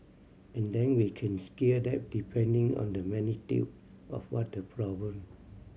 and then we can scale that depending on the magnitude of what the problem